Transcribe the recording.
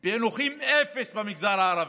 אפס פיענוחים במגזר הערבי,